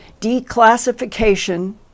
declassification